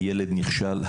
הילד נכשל,